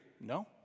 No